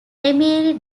emily